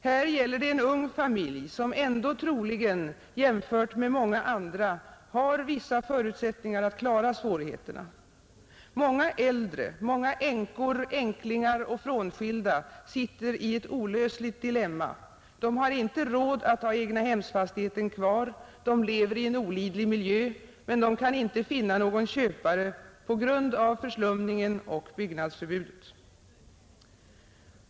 Här gäller det en ung familj som ändå troligen, jämfört med många andra, har förutsättningar att klara svårigheterna. Olägenheterna med Många äldre, många änkor, änklingar och frånskilda sitter i ett olösligt byggnadsförbud av dilemma: de har inte råd att ha egnahemsfastigheten kvar, de lever i en = ”er än fem års varaktighet olidlig miljö, men de kan inte finna någon köpare på grund av förslumningen och byggnadsförbudet.